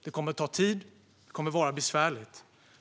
Det kommer att ta tid, och det kommer att vara besvärligt.